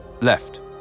Left